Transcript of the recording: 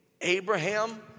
Abraham